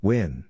Win